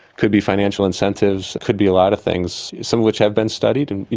could be financial incentives, could be a lot of things, some which have been studied, and you